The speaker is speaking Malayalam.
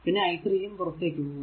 പിന്നെ i3 യും പുറത്തേക്കു പോകുന്നു